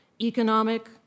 economic